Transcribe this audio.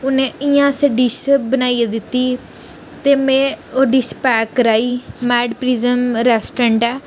उ'नें इयां अस डिश बनाइयै दित्ती ते में ओह् डिश पैक कराई मैड प्रिजम रेस्टोरेंट ऐ